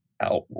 out